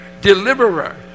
deliverer